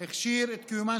כמותי.